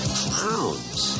clowns